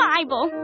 Bible